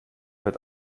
wird